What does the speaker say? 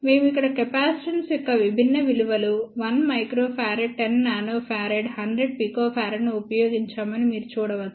మేము ఇక్కడ కెపాసిటెన్స్ యొక్క విభిన్న విలువలు 1 uF 10 nF 100 pF ను ఉపయోగించామని మీరు చూడవచ్చు